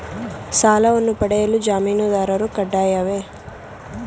ಸಾಲವನ್ನು ಪಡೆಯಲು ಜಾಮೀನುದಾರರು ಕಡ್ಡಾಯವೇ?